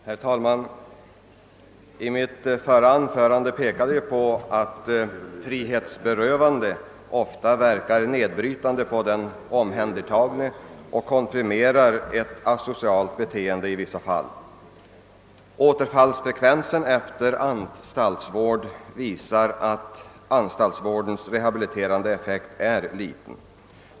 Herr talman! I mitt förra anförande pekade jag på att ett frihetsberövande ofta verkar nedbrytande på den omhändertagne och konfirmerar ett asocialt beteende. Återfalisfrekvensen efter anstaltsvården visar att anstaltsvårdens rehabiliterande effekt är liten.